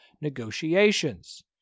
negotiations